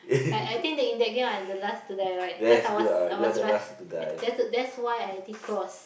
like I think the in that game I the last to die right cause I was I was rush that's that's why I did cross